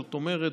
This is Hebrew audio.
זאת אומרת,